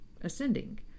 ascending